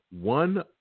one